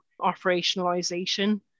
operationalization